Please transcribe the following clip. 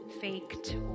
faked